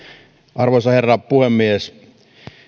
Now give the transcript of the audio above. arvoisa herra puhemies